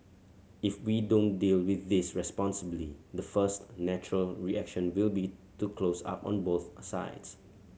if we don't deal with this responsibly the first natural reaction will be to close up on both sides